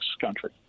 country